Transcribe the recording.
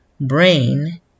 brain